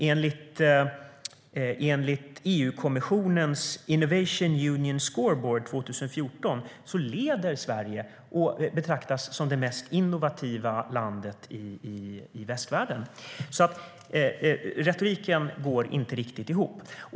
Enligt EU-kommissionens Innovation Union Scoreboard 2014 leder Sverige, och betraktas som det mest innovativa landet i västvärlden. Retoriken går alltså inte riktigt ihop.